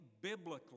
biblically